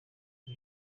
iri